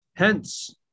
Hence